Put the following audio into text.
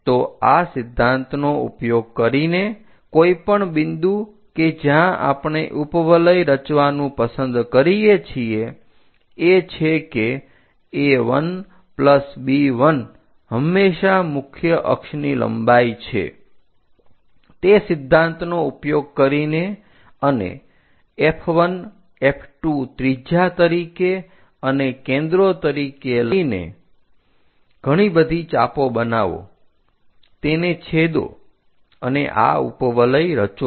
તો સિદ્ધાંતનો ઉપયોગ કરીને કોઈ પણ બિંદુ કે જ્યાં આપણે ઉપવલય રચવાનું પસંદ કરીએ છીએ એ છે કે A1 B1 હંમેશા મુખ્ય અક્ષની લંબાઈ છે તે સિદ્ધાંતનો ઉપયોગ કરીને અને F1 F2 ત્રિજ્યા તરીકે અને કેન્દ્રો તરીકે લઈને ઘણી બધી ચાપો બનાવો તેને છેદો અને આ ઉપવલય રચો